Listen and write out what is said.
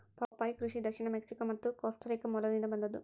ಪಪ್ಪಾಯಿ ಕೃಷಿ ದಕ್ಷಿಣ ಮೆಕ್ಸಿಕೋ ಮತ್ತು ಕೋಸ್ಟಾರಿಕಾ ಮೂಲದಿಂದ ಬಂದದ್ದು